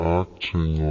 acting